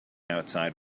outside